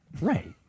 Right